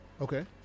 Okay